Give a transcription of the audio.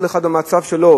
כל אחד והמצב שלו,